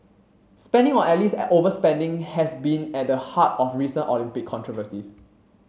spending or at least overspending has been at the heart of recent Olympic controversies